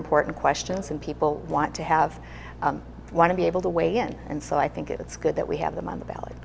important questions and people want to have one to be able to weigh in and so i think it's good that we have them on the ballot